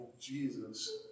Jesus